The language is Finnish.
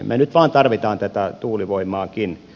me nyt vain tarvitsemme tätä tuulivoimaakin